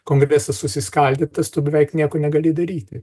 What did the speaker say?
kongresas susiskaldytas tu beveik nieko negali daryti